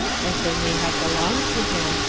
as they may have belonged to him,